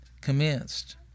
commenced